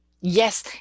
Yes